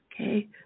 Okay